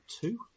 two